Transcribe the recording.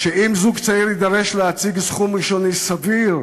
שאם זוג צעיר יידרש להציג סכום ראשוני סביר